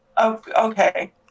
Okay